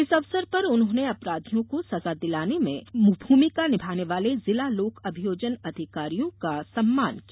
इस अवसर पर उन्होंने अपराधियों को सजा दिलाने में महती भूमिका निभाने वाले जिला लोक अभियोजन अधिकारियों का सम्मान किया